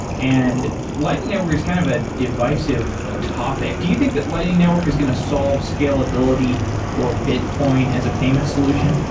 and lightning network is kind of a divisive topic. do you think that lighting network is going to solve scalability for bitcoin as a payment solution?